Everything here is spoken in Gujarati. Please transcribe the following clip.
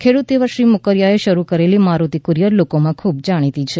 ખેડૂત એવા શ્રી મોકરિયાએ શરૂ કરેલી મારુતિ કુરિયર લોકોમાં ખૂબ જાણીતી છે